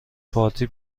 پارتی